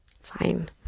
Fine